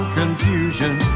confusion